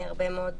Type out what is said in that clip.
הרבה מאוד